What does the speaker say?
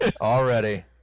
Already